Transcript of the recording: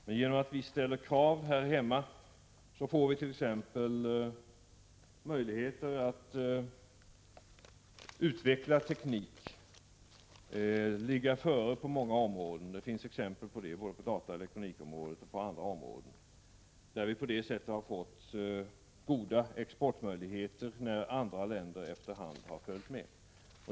Men genom att vi ställer krav här hemma får vi möjligheter att utveckla teknik och att ligga före på många områden. Det finns exempel på det på dataoch elektronikområdet och även på andra områden. På detta sätt har vi fått goda exportmöjligheter när andra länder efter hand har följt med.